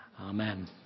Amen